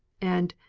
and,